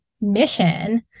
mission